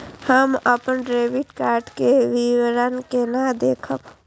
हम अपन debit card के विवरण केना देखब?